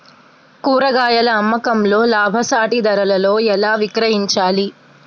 కూరగాయాల అమ్మకంలో లాభసాటి ధరలలో ఎలా విక్రయించాలి?